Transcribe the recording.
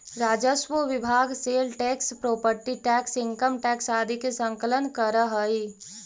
राजस्व विभाग sale tax property tax income tax आदि के संकलन करऽ हई